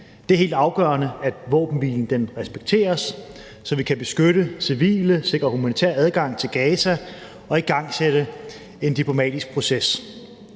Det er helt afgørende, at våbenhvilen respekteres, så vi kan beskytte civile, sikre humanitær adgang til Gaza og igangsætte en diplomatisk proces.